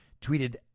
tweeted